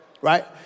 Right